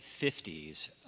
50s